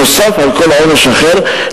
נוסף על כל עונש אחר,